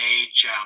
age